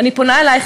אני פונה אלייך,